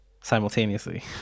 simultaneously